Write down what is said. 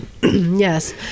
yes